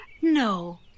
No